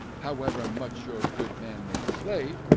however much your good man may slave,